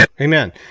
Amen